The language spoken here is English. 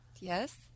Yes